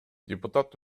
депутат